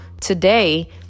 today